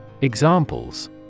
Examples